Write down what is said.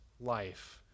life